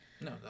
No